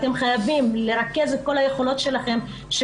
אתם חייבים לרכז את כל היכולות שלכם כי